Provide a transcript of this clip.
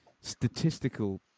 statistical